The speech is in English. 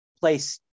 place